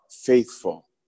faithful